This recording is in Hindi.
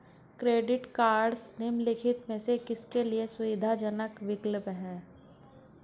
क्रेडिट कार्डस निम्नलिखित में से किसके लिए सुविधाजनक विकल्प हैं?